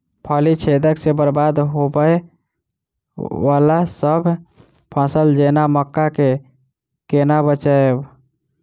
फली छेदक सँ बरबाद होबय वलासभ फसल जेना मक्का कऽ केना बचयब?